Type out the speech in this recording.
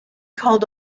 called